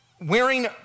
wearing